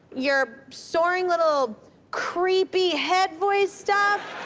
you're soaring little creepy head voice stuff